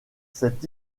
cette